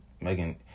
Megan